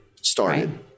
started